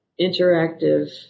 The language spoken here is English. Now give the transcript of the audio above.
interactive